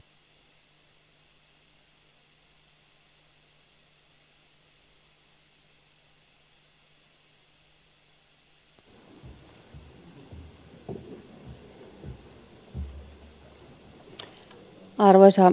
arvoisa puhemies